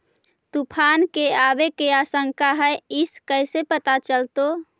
तुफान के आबे के आशंका है इस कैसे पता चलतै?